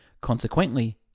Consequently